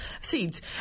Seeds